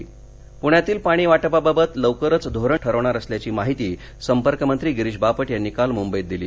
पाणी वाटप प्ण्यातील पाणी वाटपाबाबत लवकरच धोरण ठरवणार असल्याची माहिती संपर्क मंत्री गिरीश बापट यांनी काल मुंबईत दिली